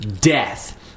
death